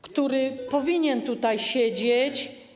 który powinien tutaj siedzieć?